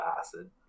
acid